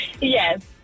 Yes